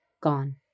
gone